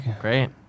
great